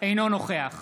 אינו נוכח